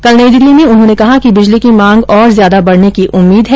कल नई दिल्ली में उन्होंने कहा कि बिजली की मांग और ज्यादा बढ़ने की उम्मीद है